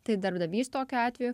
tai darbdavys tokiu atveju